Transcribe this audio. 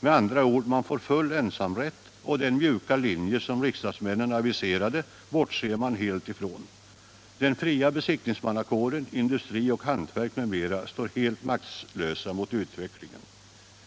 Med andra ord får SA full ensamrätt, och den mjuka linje som riksdagsmännen aviserade bortser man helt ifrån. Den fria besiktningsmannakåren, industri och hantverk m.fl. står helt maktlösa mot utvecklingen.